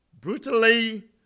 brutally